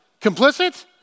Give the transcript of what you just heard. complicit